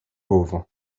pauvres